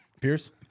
pierce